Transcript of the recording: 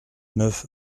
neuf